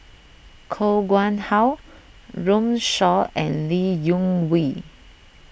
Koh Nguang How Runme Shaw and Lee Wung Yew